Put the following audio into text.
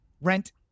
rent